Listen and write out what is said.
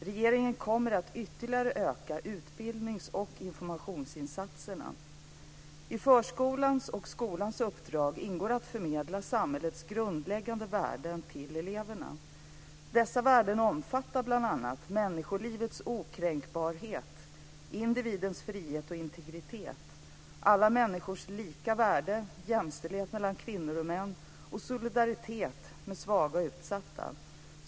Regeringen kommer att ytterligare öka utbildnings och informationsinsatserna. I förskolans och skolans uppdrag ingår att förmedla samhällets grundläggande värden till eleverna. Dessa värden omfattar bl.a. människolivets okränkbarhet, individens frihet och integritet, alla människors lika värde, jämställdhet mellan kvinnor och män och solidaritet med svaga och utsatta.